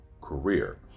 career